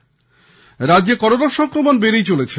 এদিকে রাজ্যে করোনা সংক্রমণ বেড়েই চলেছে